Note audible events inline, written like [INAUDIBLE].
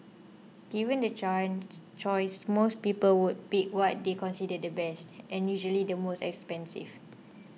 given the [UNINTELLIGIBLE] choice most people would pick what they consider the best and usually the most expensive